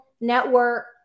network